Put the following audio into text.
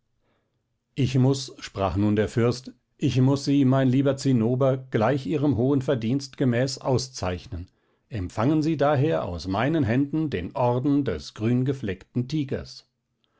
ich muß sprach nun der fürst ich muß sie mein lieber zinnober gleich ihrem hohen verdienst gemäß auszeichnen empfangen sie daher aus meinen händen den orden des grüngefleckten tigers